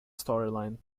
storyline